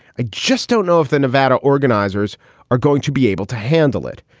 i just don't know if the nevada organizers are going to be able to handle it.